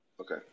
Okay